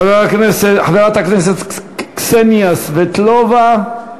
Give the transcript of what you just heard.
חברת הכנסת קסניה סבטלובה,